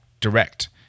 direct